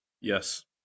Yes